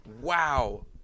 Wow